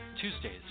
Tuesdays